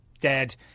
dead